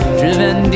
driven